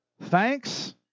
Thanks